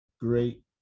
Great